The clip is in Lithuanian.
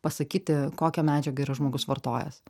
pasakyti kokią medžiagą yra žmogus vartojęs